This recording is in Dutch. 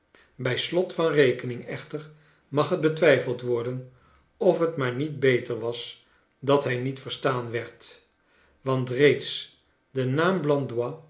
bij slot van rekening echter mag het betwijfeld worden of het maar niet beter was dat hij met verstaan werd want reeds de naam blandois